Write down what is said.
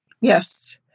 yes